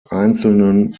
einzelnen